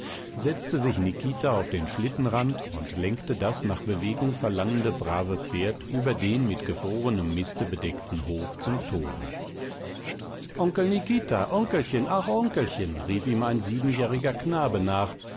setzte sich nikita auf den schlittenrand und lenkte das nach bewegung verlangende brave pferd über den mit gefrorenem miste bedeckten hof zum tore onkel nikita onkelchen ach onkelchen rief ihm ein siebenjähriger knabe nach